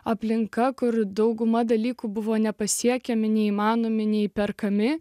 aplinka kur dauguma dalykų buvo nepasiekiami neįmanomi neįperkami